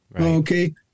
okay